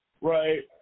right